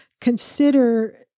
consider